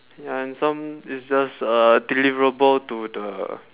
ya it's some business uh deliverable to the